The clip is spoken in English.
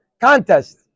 contest